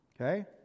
Okay